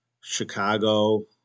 Chicago